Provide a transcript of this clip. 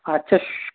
আচ্ছা